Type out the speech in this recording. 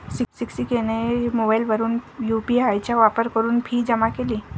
शिक्षिकेने मोबाईलवरून यू.पी.आय चा वापर करून फी जमा केली